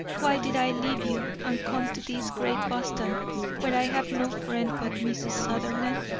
why did i leave you and come to this great boston where i have no friend but mrs. sutherland?